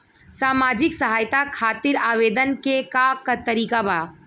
सामाजिक सहायता खातिर आवेदन के का तरीका बा?